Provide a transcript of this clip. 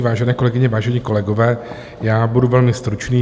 Vážené kolegyně, vážení kolegové, budu velmi stručný.